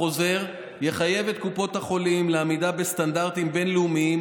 החוזר יחייב את קופות החולים לעמידה בסטנדרטים בין-לאומיים